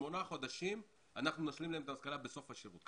שמונה חודשים אנחנו נשלים להם כלכלה בסוף השירות.